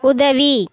உதவி